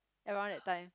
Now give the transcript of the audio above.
around that time